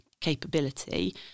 capability